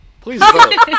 please